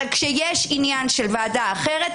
אבל כשיש עניין של ועדה אחרת,